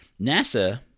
NASA